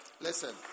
Listen